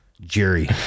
jerry